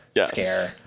scare